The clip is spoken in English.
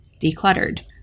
decluttered